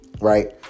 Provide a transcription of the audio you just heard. Right